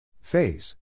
Phase